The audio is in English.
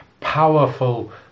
powerful